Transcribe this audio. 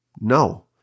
No